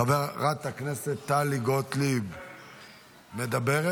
חברת הכנסת טלי גוטליב, מדברת?